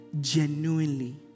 genuinely